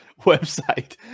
website